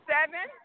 Seven